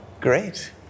Great